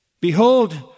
Behold